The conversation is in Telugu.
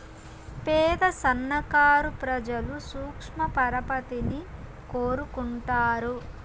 పేద సన్నకారు ప్రజలు సూక్ష్మ పరపతిని కోరుకుంటారు